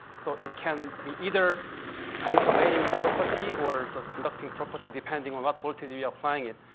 so, it can be either insulating property or the conducting property, depending on what voltage you're applying it.